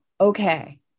okay